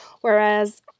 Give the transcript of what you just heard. Whereas